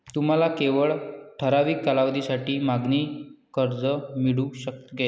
तुम्हाला केवळ ठराविक कालावधीसाठी मागणी कर्ज मिळू शकेल